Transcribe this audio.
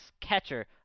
catcher